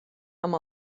amb